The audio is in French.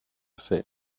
fait